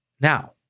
Now